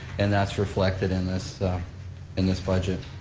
and that's reflected in this in this budget.